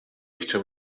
chciał